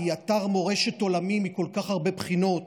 שהיא אתר מורשת עולמי מכל כך הרבה בחינות,